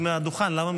נעבור לנושא הבא שעל